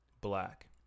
black